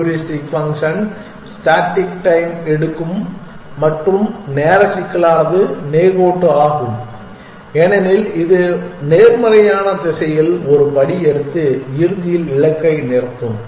heuristic function static time எடுக்கும் மற்றும் நேர சிக்கலானது நேர்கோட்டு ஆகும் ஏனெனில் இது நேர்மறையான திசையில் ஒரு படி எடுத்து இறுதியில் இலக்கை நிறுத்தும்